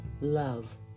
love